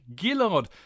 Gillard